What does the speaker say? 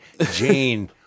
Jane